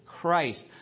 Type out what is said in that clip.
Christ